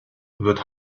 wird